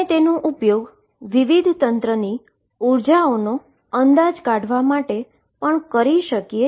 આપણે તેનો ઉપયોગ વિવધ સીસ્ટમની એનર્જીનો અંદાજ કાઢવા માટે પણ કરી શકીએ છીએ